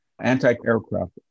anti-aircraft